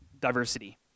diversity